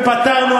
ופתרנו,